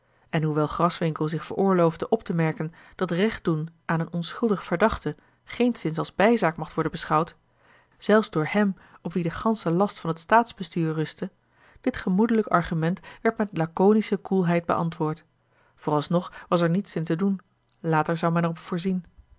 en hoewel graswinckel zich veroorloofde op te merken dat recht doen aan een onschuldig verdachte geenszins als bijzaak mocht worden beschouwd zelfs door hem op wien de gansche last van het staatsbestuur rustte dit gemoedelijk argument werd met laconische koelheid beantwoord vooralsnog was er niets in te doen later zou men er op voorzien